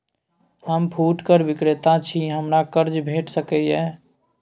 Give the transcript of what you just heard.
हम फुटकर विक्रेता छी, हमरा कर्ज भेट सकै ये?